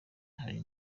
hari